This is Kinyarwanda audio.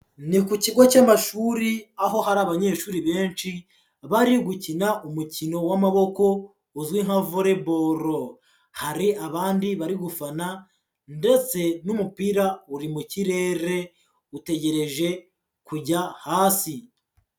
Ni ku kigo cy'amashuri aho hari abanyeshuri benshi bari gukina umukino w'amaboko uzwi nka Volleyball, hari abandi bari gufana ndetse n'umupira uri mu kirere utegereje kujya hasi.